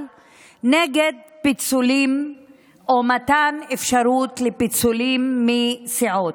נגד פיצולים או מתן אפשרות לפיצולים מסיעות.